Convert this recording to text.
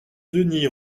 denys